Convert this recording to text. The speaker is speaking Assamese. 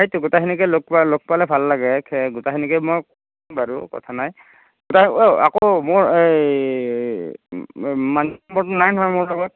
সেইটো গোটেইখিনিকে লগ পোৱা লগ পালে ভাল লাগে খে গোটেইখিনিকে মই কম বাৰু কথা নাই বাৰু অ আকৌ মোৰ এই মা মাঞ্চী নম্বৰটো নাই নহয় মোৰ লগত